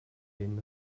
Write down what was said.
denen